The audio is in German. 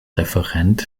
referent